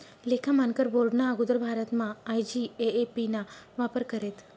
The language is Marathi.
लेखा मानकर बोर्डना आगुदर भारतमा आय.जी.ए.ए.पी ना वापर करेत